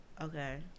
Okay